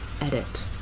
edit